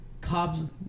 Cops